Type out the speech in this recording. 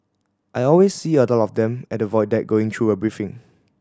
I always see a lot of them at the Void Deck going through a briefing